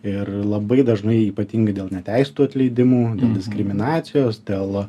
ir labai dažnai ypatingai dėl neteisėtų atleidimų dėl diskriminacijos dėl